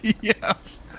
Yes